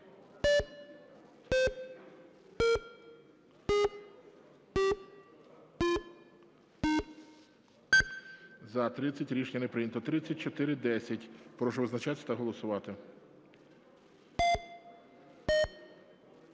За-25 Рішення не прийнято. 3761. Прошу визначатися та голосувати.